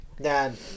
Dad